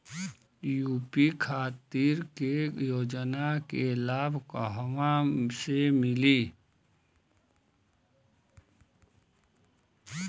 UP खातिर के योजना के लाभ कहवा से मिली?